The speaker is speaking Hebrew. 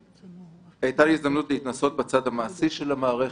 הייתה לי הזדמנות להתנסות בצד המעשי של המערכת,